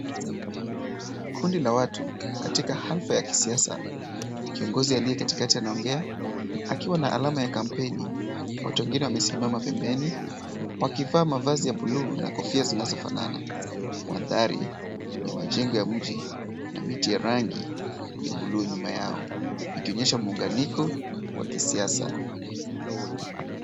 Kundi la watu katika hafla ya kisiasa, kiongozi aliye katikati anaongea akiwa na alama ya kampeni watu wengine wamesimama pembeni wakivaa mavazi ya bluu na kofia zinazofanana. Mandhari ya majengo ya mji na miti ya rangi ya bluu nyuma yao, ikionyesha muunganiko wa kisiasa.